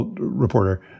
reporter